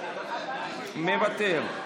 מוותר,